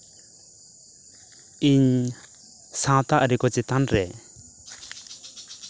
ᱤᱧ ᱥᱟᱶᱛᱟ ᱟᱹᱨᱤ ᱠᱚ ᱪᱮᱛᱟᱱ ᱨᱮ